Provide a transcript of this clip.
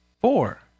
Four